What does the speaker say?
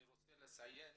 אני רוצה לציין